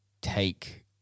take